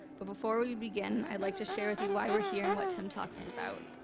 but before we begin, i'd like to share with you why we're here and what timtalks is about.